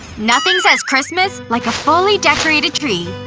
nothing says christmas, like a fully decorated tree.